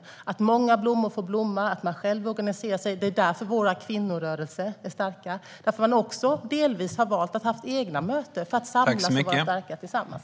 Det är för att många blommor får blomma och för att man själv organiserar sig som våra kvinnorörelser är starka och för att man också delvis har valt att ha egna möten för att samlas och vara starka tillsammans.